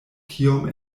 kiom